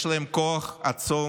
יש להם כוח עצום.